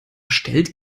stellt